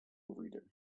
reader